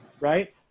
right